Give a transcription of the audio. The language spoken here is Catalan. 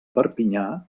perpinyà